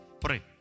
Pray